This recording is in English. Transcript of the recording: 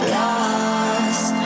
lost